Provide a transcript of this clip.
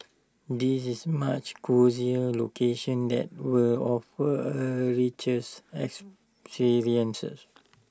this is much cosier location that will offer A riches experience